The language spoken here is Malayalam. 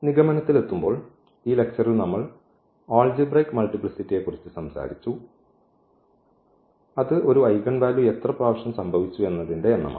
നിഗമനത്തിലെത്തുമ്പോൾ ഈ ലെക്ച്ചറിൽ നമ്മൾ അൽജിബ്രൈക് മൾട്ടിപ്ലിസിറ്റിയെക്കുറിച്ച് സംസാരിച്ചു അത് ഒരു ഐഗൻ വാല്യൂ എത്ര പ്രാവശ്യം സംഭവിച്ചു എന്നത്തിന്റെ എണ്ണമാണ്